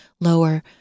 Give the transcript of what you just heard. lower